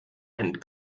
and